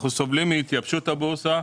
אנחנו סובלים מהתייבשות הבורסה,